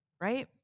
right